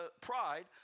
pride